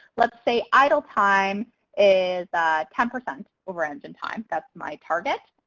let's say idle time is ten percent over engine time, that's my target.